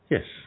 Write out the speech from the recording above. Yes